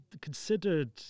considered